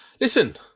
Listen